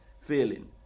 feeling